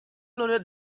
loaded